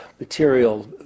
material